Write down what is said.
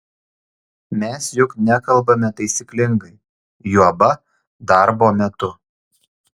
mes juk nekalbame taisyklingai juoba darbo metu